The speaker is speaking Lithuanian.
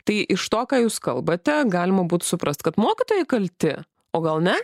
tai iš to ką jūs kalbate galima būt suprast kad mokytojai kalti o gal ne